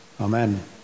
Amen